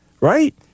right